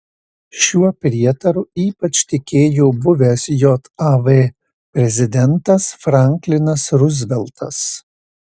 šiuo prietaru ypač tikėjo buvęs jav prezidentas franklinas ruzveltas